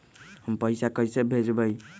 हम पैसा कईसे भेजबई?